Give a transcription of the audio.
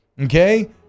Okay